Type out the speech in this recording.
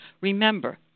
Remember